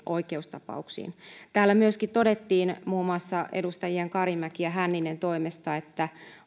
oikeustapauksiin täällä myöskin todettiin muun muassa edustajien karimäki ja hänninen toimesta että